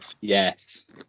yes